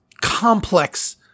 complex